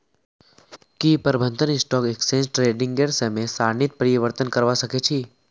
की प्रबंधक stock exchange ट्रेडिंगेर समय सारणीत परिवर्तन करवा सके छी